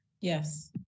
Yes